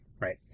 right